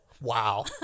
Wow